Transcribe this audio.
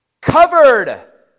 covered